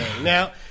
Now